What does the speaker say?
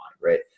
Right